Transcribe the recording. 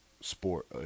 sport